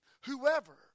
Whoever